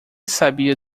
sabia